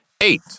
eight